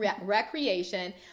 Recreation